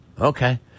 okay